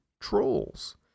trolls